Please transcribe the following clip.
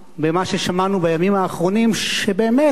על מה ששמענו בימים האחרונים, שבאמת,